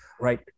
right